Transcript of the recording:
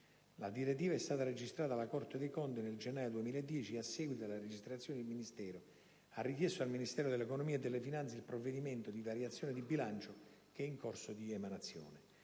La direttiva è stata registrata alla Corte dei conti in data 14 gennaio 2010 e a seguito della registrazione il Ministero ha richiesto al Ministero dell'economia e delle finanze il provvedimento di variazione di bilancio, che è in corso di emanazione.